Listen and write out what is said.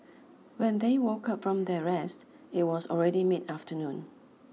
when they woke up from their rest it was already mid afternoon